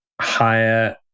higher